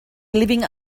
living